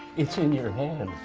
it's in your hand.